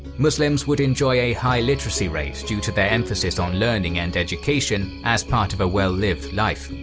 muslims would enjoy a high literacy rate due to their emphasis on learning and education as part of a well-lived life.